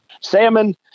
salmon